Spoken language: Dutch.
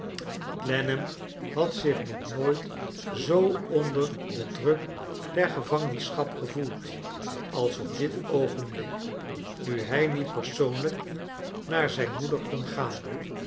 clennam had zich nog nooit zoo onder den druk der gevangenschap gevoeld als op dit oogenblik nu hij aiet persoonlijk naar zijn moeder kon gaan